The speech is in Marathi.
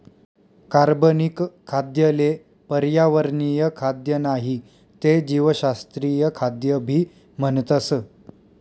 कार्बनिक खाद्य ले पर्यावरणीय खाद्य नाही ते जीवशास्त्रीय खाद्य भी म्हणतस